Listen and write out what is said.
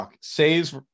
saves